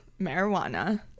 marijuana